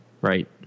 right